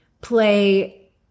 play